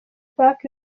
park